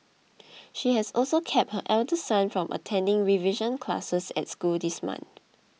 she has also kept her elder son from attending revision classes at school this month